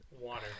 Water